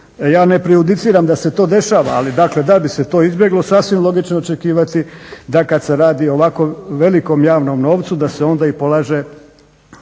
ja ne prejudiciram da se to dešava, ali dakle da bi se to izbjeglo sasvim logično je očekivati da kad se radi o ovako velikom javnom novcu da se onda i polaže